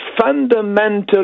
fundamental